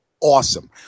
awesome